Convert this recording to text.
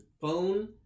phone